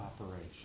operation